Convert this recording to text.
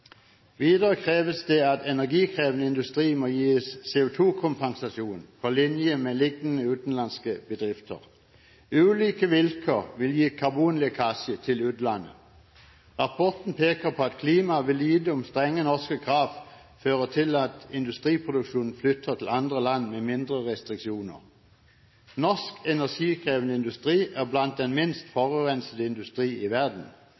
Videre kreves det at energikrevende industri må gis CO2-kompensasjon på linje med liknende utenlandske bedrifter. Ulike vilkår vil gi karbonlekkasje til utlandet. Rapporten peker på at klimaet vil lide om strenge norske krav fører til at industriproduksjonen flytter til andre land med mindre restriksjoner. Norsk energikrevende industri er blant den minst forurensende industri i verden.